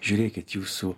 žiūrėkit jūsų